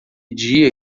dia